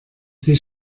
sie